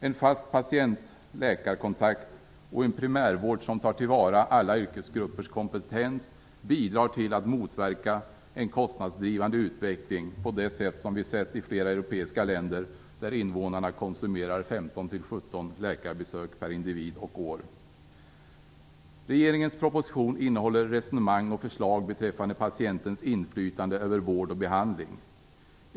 En fast patient-läkar-kontakt och en primärvård som tar till vara alla yrkesgruppers kompetens bidrar till att motverka en kostnadsdrivande utveckling av en typ som vi sett i flera europeiska länder, där invånarna konsumerar 15-17 läkarbesök per individ och år. Regeringens proposition innehåller resonemang och förslag beträffande patientens inflytande över vård och behandling.